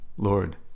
Lord